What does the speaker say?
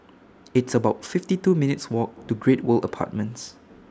It's about fifty two minutes' Walk to Great World Apartments